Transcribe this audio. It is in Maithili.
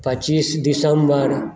पचीस दिसम्बर